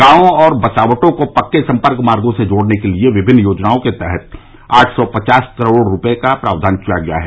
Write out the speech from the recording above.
गांवों और बसावटों को पक्के सम्पर्क मार्गो से जोड़ने के लिये विभिन्न योजनाओं के तहत आठ सौ पचास करोड़ रूपये का प्रावधान किया गया है